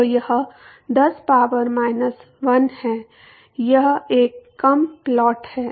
तो यह 10 power minus 1 है यह एक कम प्लॉट है